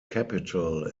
capital